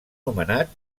nomenat